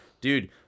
Dude